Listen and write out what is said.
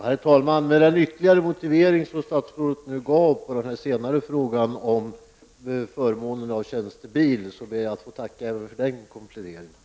Herr talman! Efter den ytterligare motivering som statsrådet nu gav beträffande frågan om tjänstebil, ber jag att få tacka även för den kompletteringen.